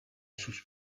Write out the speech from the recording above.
sus